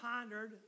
pondered